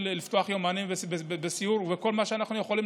לפתוח יומנים לסיור וכל מה שאנחנו יכולים.